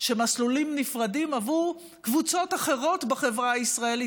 שמסלולים נפרדים עבור קבוצות אחרות בחברה הישראלית